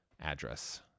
address